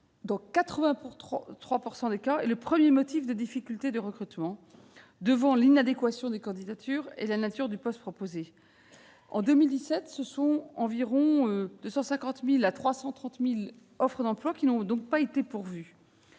dans 83 % des cas est le premier motif des difficultés de recrutement, devant l'inadéquation des candidatures et la nature du poste proposé. Ce sont ainsi entre 250 000 à 330 000 offres d'emploi qui n'avaient pas été pourvues